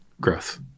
growth